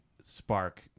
spark